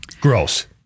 gross